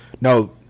no